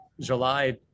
July